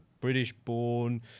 British-born